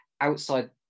outside